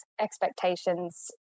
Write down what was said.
expectations